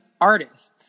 artists